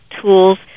tools